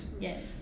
Yes